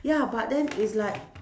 ya but then it's like